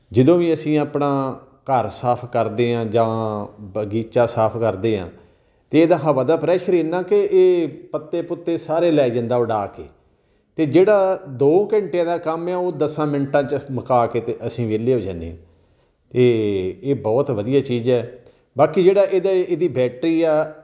ਜਦੋਂ ਵੀ ਅਸੀਂ ਆਪਣਾ ਘਰ ਸਾਫ਼ ਕਰਦੇ ਹਾਂ ਜਾਂ ਬਗੀਚਾ ਸਾਫ਼ ਕਰਦੇ ਹਾਂ ਤਾਂ ਇਹਦਾ ਹਵਾ ਦਾ ਪ੍ਰੈਸ਼ਰ ਇੰਨਾ ਕਿ ਇਹ ਪੱਤੇ ਪੁੱਤੇ ਸਾਰੇ ਲੈ ਜਾਂਦਾ ਉਡਾ ਕੇ ਅਤੇ ਜਿਹੜਾ ਦੋ ਘੰਟਿਆਂ ਦਾ ਕੰਮ ਆ ਉਹ ਦਸਾਂ ਮਿੰਟਾਂ 'ਚ ਮੁਕਾ ਕੇ ਅਤੇ ਅਸੀਂ ਵਿਹਲੇ ਹੋ ਜਾਂਦੇ ਹਾਂ ਅਤੇ ਇਹ ਬਹੁਤ ਵਧੀਆ ਚੀਜ਼ ਹੈ ਬਾਕੀ ਜਿਹੜਾ ਇਹਦਾ ਇਹਦੀ ਬੈਟਰੀ ਆ